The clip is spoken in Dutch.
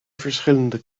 verschillende